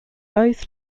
both